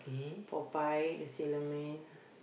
Popeye the sailor man